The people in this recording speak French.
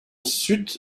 sud